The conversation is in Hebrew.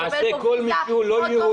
למעשה כל מי שהוא לא יהודי.